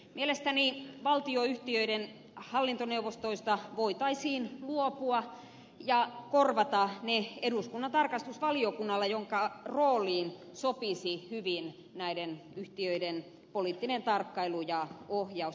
mielestäni valtionyhtiöiden hallintoneuvostoista voitaisiin luopua ja korvata ne eduskunnan tarkastusvaliokunnalla jonka rooliin sopisi hyvin näiden yhtiöiden poliittinen tarkkailu ja ohjaus